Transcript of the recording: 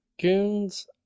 goons